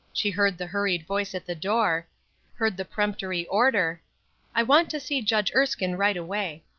she heard the hurried voice at the door heard the peremptory order i want to see judge erskine right away.